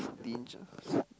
stinge ah